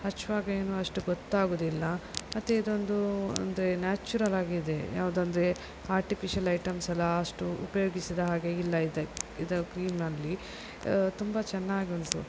ಹಚ್ಚುವಾಗ ಏನು ಅಷ್ಟು ಗೊತ್ತಾಗುವುದಿಲ್ಲ ಮತ್ತು ಇದೊಂದು ಅಂದರೆ ನ್ಯಾಚ್ಚುರಲಾಗಿದೆ ಯಾವುದಂದ್ರೆ ಆರ್ಟಿಫಿಶಲ್ ಐಟಮ್ಸ್ ಎಲ್ಲ ಅಷ್ಟು ಉಪಯೋಗಿಸಿದ ಹಾಗೆ ಇಲ್ಲ ಇದು ಇದು ಕ್ರೀಮ್ನಲ್ಲಿ ತುಂಬ ಚೆನ್ನಾಗಿ ಉಂಟು